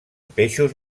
peixos